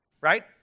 right